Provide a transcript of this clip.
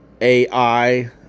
AI